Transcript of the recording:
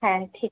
হ্যাঁ ঠিক